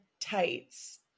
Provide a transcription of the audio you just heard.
tights